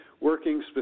working